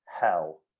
hell